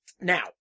Now